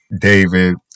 David